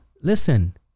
Listen